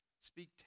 speak